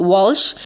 Walsh